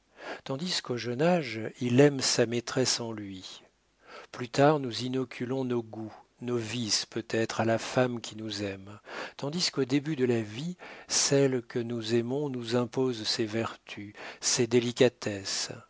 tandis qu'au jeune âge il aime sa maîtresse en lui plus tard nous inoculons nos goûts nos vices peut-être à la femme qui nous aime tandis qu'au début de la vie celle que nous aimons nous impose ses vertus ses délicatesses